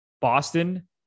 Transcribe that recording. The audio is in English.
Boston